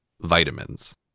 vitamins